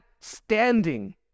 standing